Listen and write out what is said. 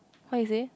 what you say